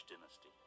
dynasty